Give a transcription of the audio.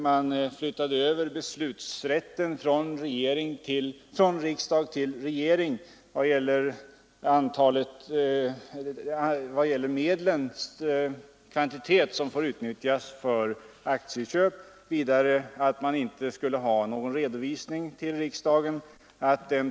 Man flyttade över beslutsrätten från riksdag till regering i fråga om hur stora medel som får utnyttjas för aktieköp. Vidare skulle man inte ha redovisning till riksdagen.